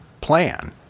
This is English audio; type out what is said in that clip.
plan